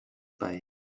bei